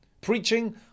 Preaching